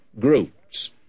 groups